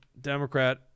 Democrat